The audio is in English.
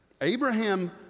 Abraham